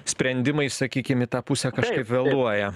sprendimai sakykim į tą pusę kažkiek vėluoja